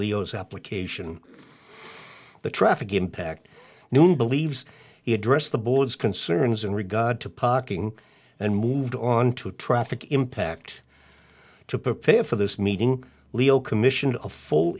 leo's application the traffic impact new believes he addressed the board's concerns in regard to pocking and moved on to traffic impact to prepare for this meeting leo commissioned a full